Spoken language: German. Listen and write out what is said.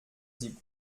sie